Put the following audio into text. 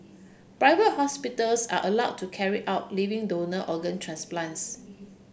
private hospitals are allowed to carry out living donor organ transplants